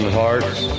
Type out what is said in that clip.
hearts